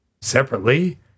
Separately